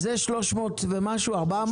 בתקציב בוודאי ש --- אז זה 300 ומשהו, 400?